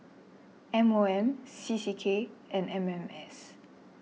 M O M C C K and M M S